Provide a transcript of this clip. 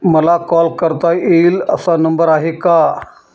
मला कॉल करता येईल असा नंबर आहे का?